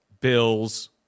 Bills